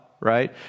right